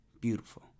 Beautiful